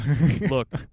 Look